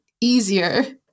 easier